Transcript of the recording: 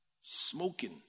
smoking